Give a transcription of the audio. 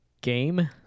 game